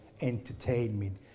entertainment